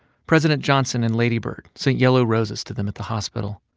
president johnson and lady bird sent yellow roses to them at the hospital.